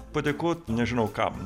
padėkot nežinau kam